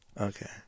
Okay